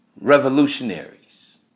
revolutionaries